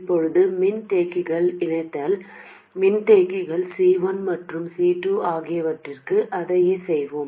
இப்போது மின்தேக்கிகள் இணைத்தல் மின்தேக்கிகள் C1 மற்றும் C2 ஆகியவற்றிற்கும் அதையே செய்வோம்